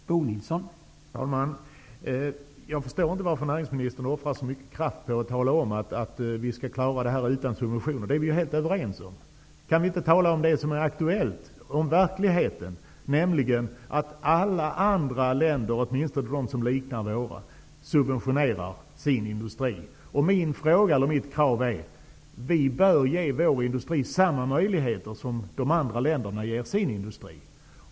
Herr talman! Jag förstår inte varför näringsministern offrar så mycken kraft åt att tala om att vi skall klara uppgiften utan subventioner. Det är vi helt överens om. Kan vi inte tala om den aktuella verkligheten, nämligen att alla andra länder -- åtminstone de som liknar vårt land -- subventionerar sin industri? Mitt krav är att vi skall ge vår industri samma möjligheter som de andra länderna ger sin industri.